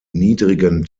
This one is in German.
niedrigen